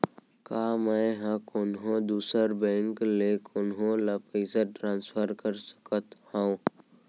का मै हा कोनहो दुसर बैंक ले कोनहो ला पईसा ट्रांसफर कर सकत हव?